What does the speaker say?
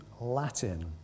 Latin